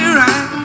right